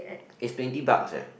is twenty bucks eh